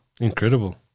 Incredible